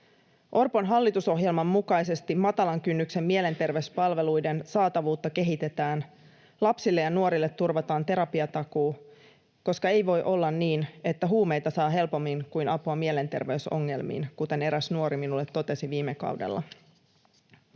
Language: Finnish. Orpon hallitusohjelman mukaisesti matalan kynnyksen mielenterveyspalveluiden saatavuutta kehitetään. Lapsille ja nuorille turvataan terapiatakuu, koska ei voi olla niin, että huumeita saa helpommin kuin apua mielenterveysongelmiin, kuten eräs nuori minulle totesi viime kaudella.